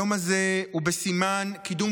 היום הזה הוא בסימן קידום